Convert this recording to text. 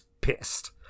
pissed